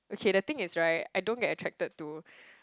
okay the thing is right I don't get attracted to